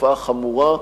תופעה חמורה,